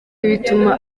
bituma